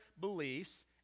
beliefs